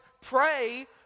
Pray